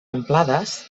amplades